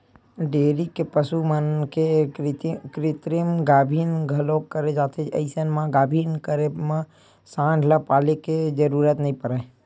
dairy के पसु मन के कृतिम गाभिन घलोक करे जाथे अइसन म गाभिन करे म सांड ल पाले के जरूरत नइ परय